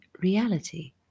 reality